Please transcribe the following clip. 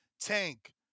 Tank